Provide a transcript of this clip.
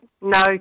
no